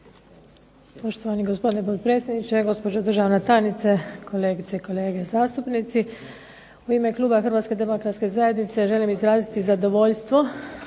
Poštovani gospodine potpredsjedniče, gospođo državna tajnice, kolegice i kolege zastupnici. U ime kluba HDZ-a želim izraziti zadovoljstvo